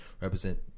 represent